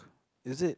is it